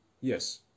Yes